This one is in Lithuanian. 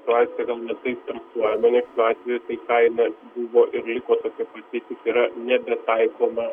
situacija gal ne taip transliuojama nes šiuo atveju tai kaina buvo ir liko tokia pati tik yra nebetaikoma